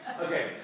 Okay